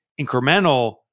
incremental